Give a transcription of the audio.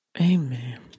amen